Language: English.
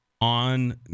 on